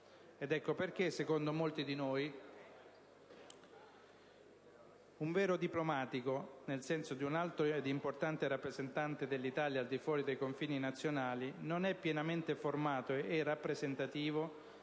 Ed ecco perché, secondo molti di noi, un vero diplomatico (nel senso di un alto ed importante rappresentante dell'Italia al di fuori dei confini nazionali) non è pienamente formato e rappresentativo